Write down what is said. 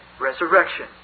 Resurrection